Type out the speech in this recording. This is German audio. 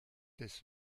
des